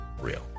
real